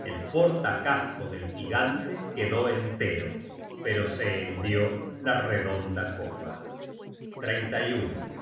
el porta casco del gigante quedó entero pero se hendió la redonda copa